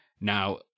now